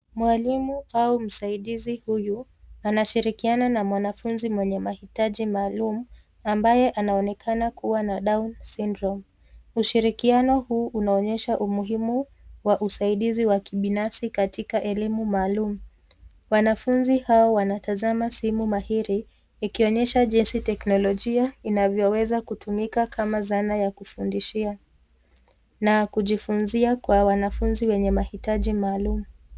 Mwalimu au msaidizi uyu anashirikiana na mwanafuzi mwenye mahitaji maalum ambaye anaonekana kuwa na down syndrome ,ushirikiano huu unaonyesha umuhimu wa usaidizi wa kibinafsi katika elimu maalum. Wanafunzi hao wanatazama simu mahiri ikionyesha jinsi teknolojia inavyoweza kutumika kama zana ya kufudishia na kujifunzia kwa wanafunzi wenye mahitaji maalum.